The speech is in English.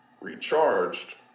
recharged